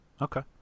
Okay